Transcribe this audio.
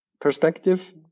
perspective